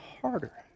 harder